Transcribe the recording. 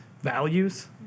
values